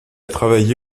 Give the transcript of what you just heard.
travaillé